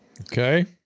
Okay